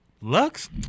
Lux